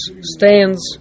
stands